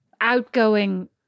outgoing